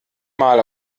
mal